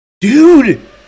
Dude